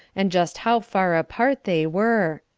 and just how far apart they were.